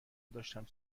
داشتم